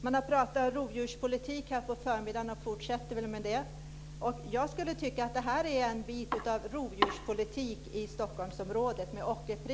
Man har pratat rovdjurspolitik här på förmiddagen, och fortsätter väl med det. Jag skulle kunna tycka att det här ett exempel på rovdjurspolitik i